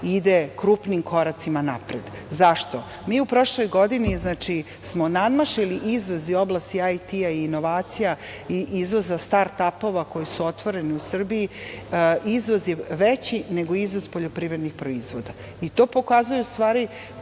ide krupnim koracima napred.Zašto? Mi u prošloj godini smo nadmašili izvoz iz oblasti IT i inovacija i izvoza start ap-ova koji su otvoreni u Srbiji. Izvoz je veći nego izvoz poljoprivrednih proizvoda i to pokazuje u stvari